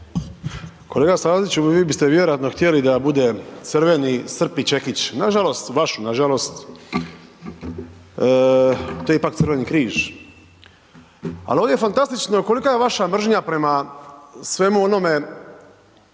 Kolega Staziću vi biste vjerojatno htjeli da ja budem crveni srp i čekić, nažalost vašu nažalost to je ipak Crveni križ. Ali ovdje je fantastično kolika je vaša mržnja prema svemu onome